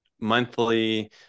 monthly